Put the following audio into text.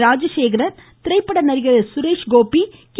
ராஜசேகரன் திரைப்பட நடிகர் சுரேஷ் கோபி கே